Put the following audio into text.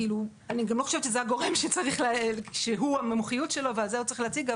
אני גם לא חושבת שזה הגורם שזה המומחיות שלו ושהוא צריך להציג את זה,